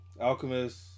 Alchemist